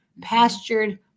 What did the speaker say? Pastured